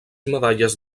medalles